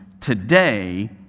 Today